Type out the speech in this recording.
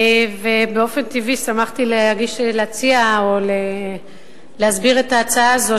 באופן טבעי שמחתי להציע או להסביר את ההצעה הזאת,